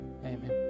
Amen